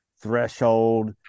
threshold